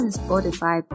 spotify